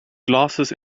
glasses